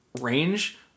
range